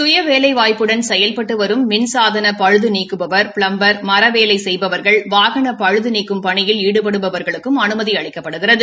சுய வேலைவாய்ப்புடன் செயல்பட்டு வரும் மின்னதன பழுது நீக்குபவர் ப்ளம்பர் மரவேலை செய்பவர்கள் வாகன பழுது நீக்கும் பணியில் ஈடுபடுபவாகளுக்கும் அமைதி அளிக்கப்படுகிறது